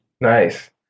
Nice